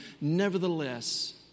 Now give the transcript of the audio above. Nevertheless